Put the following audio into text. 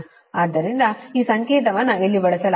ಆದ್ದರಿಂದ ಈ ಸಂಕೇತವನ್ನು ಇಲ್ಲಿ ಬಳಸಲಾಗುತ್ತದೆ